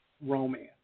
romance